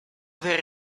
aver